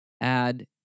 add